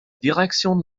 direction